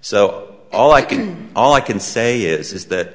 so all i can all i can say is that